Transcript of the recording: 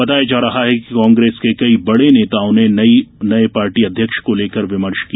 बताया जा रहा है कि कांग्रेस के कई बड़े नेताओं ने नए पार्टी अध्यक्ष को लेकर विमर्श किया